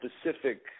specific